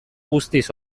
guztiz